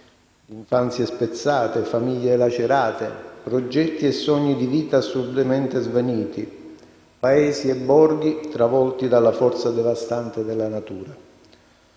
infanzie spezzate, famiglie lacerate, progetti e sogni di vita assurdamente svaniti, paesi e borghi travolti dalla forza devastante della natura.